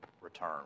return